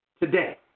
Today